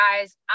guys